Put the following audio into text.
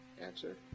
Answer